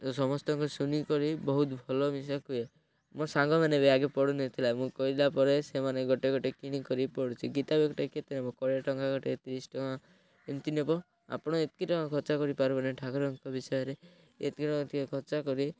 ତ ସମସ୍ତଙ୍କ ଶୁନିକରି ବହୁତ ଭଲ ମିଶା ହୁଏ ମୋ ସାଙ୍ଗମାନେ ବି ଆଗେ ପଢୁନଥିଲା ମୁଁ କହିଲା ପରେ ସେମାନେ ଗୋଟେ ଗୋଟେ କିଣିକରି ପଢୁଛି ଗୀତା ବହି ଗୋଟେ କେତେ ହେବ କୋଡ଼ିଏ ଟଙ୍କା ଗୋଟେ ତିରିଶ ଟଙ୍କା ଏମିତି ନେବ ଆପଣ ଏତକି ଟଙ୍କା ଖର୍ଚ୍ଚ କରି ପାରିବେନି ଠାକୁରଙ୍କ ବିଷୟରେ ଏତକି ଟଙ୍କା ଟିକେ ଖର୍ଚ୍ଚ କରି